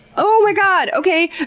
oh my god okay.